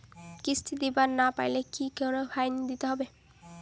কিস্তি দিবার না পাইলে কি কোনো ফাইন নিবে?